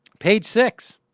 page six